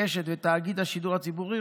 קשת ותאגיד השידור הציבורי,